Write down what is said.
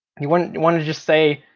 you wouldn't want to just say,